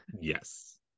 yes